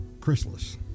chrysalis